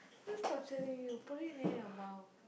who's torturing you put it near your mouth